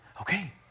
okay